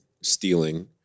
stealing